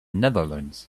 netherlands